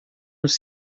nos